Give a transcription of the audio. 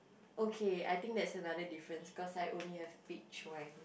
okay I think that's another difference cause I only have peach wine